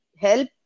help